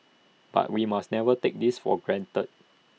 but we must never take this for granted